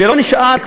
ולא נשאר,